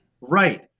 Right